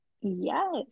Yes